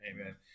Amen